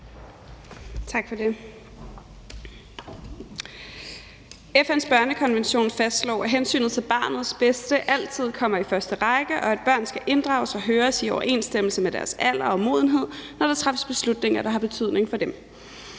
FN's børnekonvention fastslår, at hensynet til barnets bedste altid kommer i første række, og at børn skal inddrages og høres i overensstemmelse med deres alder og modenhed, når der træffes beslutninger, der har betydning for dem.